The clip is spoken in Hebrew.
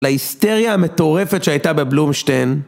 להיסטריה המטורפת שהייתה בבלומשטיין.